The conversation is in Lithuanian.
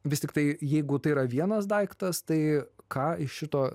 vis tiktai jeigu tai yra vienas daiktas tai ką iš šito